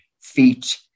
feet